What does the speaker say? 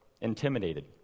intimidated